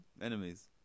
Enemies